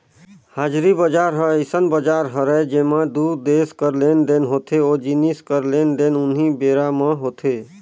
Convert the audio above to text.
हाजिरी बजार ह अइसन बजार हरय जेंमा दू देस कर लेन देन होथे ओ जिनिस कर लेन देन उहीं बेरा म होथे